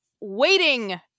waiting